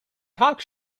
talk